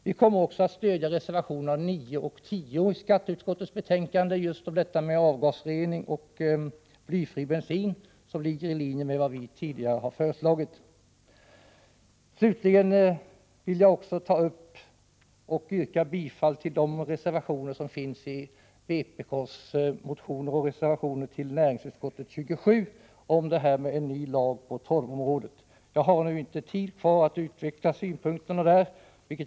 Vi kommer också att stödja reservationerna 9 och 10 i skatteutskottets betänkande just när det gäller avgasrening och blyfri bensin. De reservationerna ligger i linje med vad vi tidigare har föreslagit. Slutligen yrkar jag bifall till vpk:s motioner och reservationer i fråga om näringsutskottets betänkande 27 om förslag till en ny lag på torvområdet. Tiden tillåter inte att jag utvecklar mina synpunkter i detta avseende.